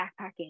backpacking